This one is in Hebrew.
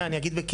אני אגיד,